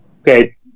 okay